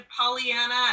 Pollyanna